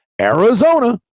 arizona